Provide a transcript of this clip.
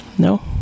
No